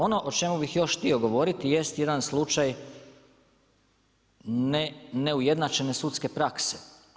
Ono o čemu bi još htio govoriti jest jedan slučaj neujednačene sudske prakse.